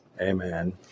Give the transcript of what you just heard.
Amen